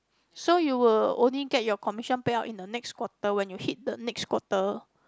so you will only get your commission payout in the next quarter when you hit the next quarter